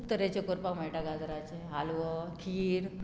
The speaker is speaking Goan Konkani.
खूब तरेचे करपाक मेळटा गाजराचें आलवो खीर